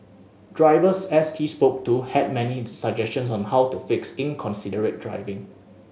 drivers S T spoke to had many suggestions on how to fix inconsiderate driving